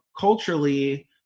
Culturally